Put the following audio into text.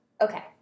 Okay